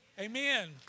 Amen